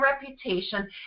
reputation